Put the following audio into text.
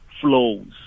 flows